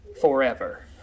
forever